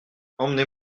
emmenez